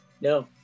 No